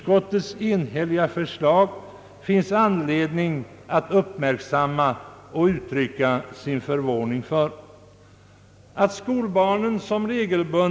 Det finns anledning att uppmärksamma och att uttrycka sin förvåning över utskottets enhälliga förslag.